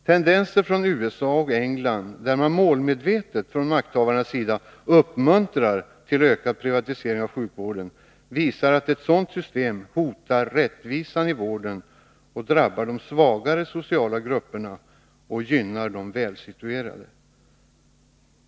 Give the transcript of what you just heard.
Tendenser från USA och England, där man från makthavarnas sida målmedvetet uppmuntrar till ökad privatisering av sjukvården, visar att ett sådant system hotar rättvisan i vården och drabbar de svagare socialgrupperna och gynnar de välsituerade.